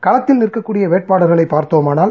களத்தில் நிற்கக்கூடிய வேட்பாளர்களை பார்த்தாமோனால்